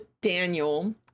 Daniel